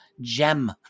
gem